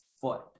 foot